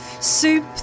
soup